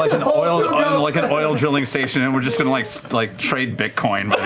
like an oil you know like an oil drilling station and we're just going to like so like trade bitcoin.